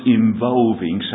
involving